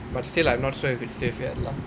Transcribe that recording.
but still I'm not sure if it's safe yet lah